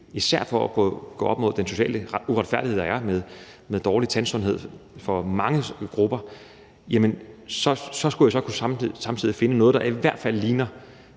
især for at gå op imod den sociale uretfærdighed, der er, med dårlig tandsundhed for mange grupper – jamen så skulle jeg samtidig kunne finde noget, der i hvert fald ligner